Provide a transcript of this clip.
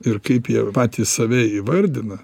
ir kaip jie patys save įvardina